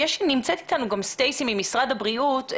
נמצאת אתנו גם סטייסי ממשרד הבריאות.